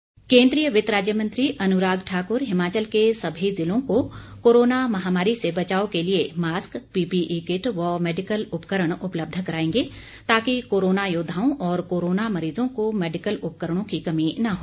अनुराग ठाकुर केन्द्रीय वित्त राज्य मंत्री अनुराग ठाकुर हिमाचल के सभी ज़िलों को कोरोना महामारी से बचाव के लिए मास्क पीपीई किट व मैडिकल उपकरण उपलब्ध कराएंगे ताकि कोरोना योद्वाओं व कोरोना मरीजों को मैडिकल उपकरणों की कमी न हो